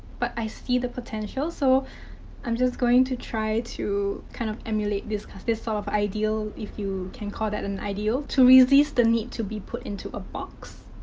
but, i see the potential, so i'm just going to try to kind of emulate this cuz this sort of ideal if you can call that an ideal to resist the need to be put into a box.